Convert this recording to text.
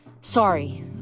Sorry